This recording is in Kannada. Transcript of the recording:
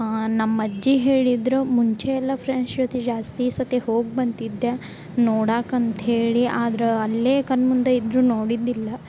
ನಮ್ಮಜ್ಜಿ ಹೇಳಿದ್ರ ಮುಂಚೆಯೆಲ್ಲ ಫ್ರೆಂಡ್ಸ್ ಜೊತೆ ಜಾಸ್ತಿ ಈ ಸತೆ ಹೋಗ್ಬಂದಿದ್ದೆ ನೋಡಾಕ ಅಂತ ಹೇಳಿ ಆದ್ರ ಅಲ್ಲೇ ಕಣ್ಮುಂದೆ ಇದ್ದರೂ ನೋಡಿದ್ದಿಲ್ಲ